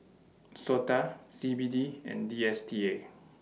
Sota C B D and D S T A